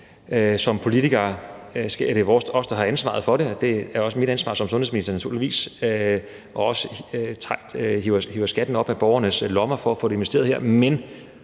som politikere er det os, der har ansvaret for det, og det er også mit ansvar som sundhedsminister, naturligvis – også at hive skatten op af borgernes lommer for at få investeret i